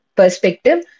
perspective